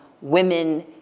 women